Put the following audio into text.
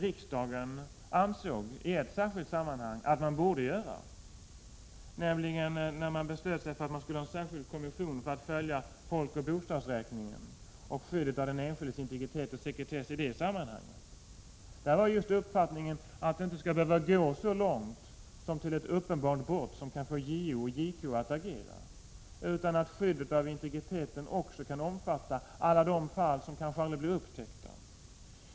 Riksdagen uttalade i ett särskilt sammanhang att regeringen borde pröva hur sekretesskyddet fungerar i praktiken. Det var när riksdagen fattade beslut om en särskild kommission för att följa utvecklingen inom folkoch bostadsräkningen och skyddet av den enskildes integritet och sekretess i det sammanhanget. Då uttalades just uppfattningen att det inte skall behöva gå så långt som till ett uppenbart brott som kanske föranleder JO och JK att agera, utan att skyddet av integriteten också skall kunna omfatta alla de fall som kanske aldrig blir upptäckta.